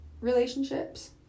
relationships